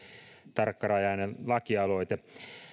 tarkkarajainen lakialoite